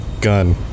gun